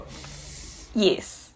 Yes